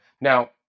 Now